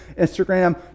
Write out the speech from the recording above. Instagram